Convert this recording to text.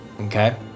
Okay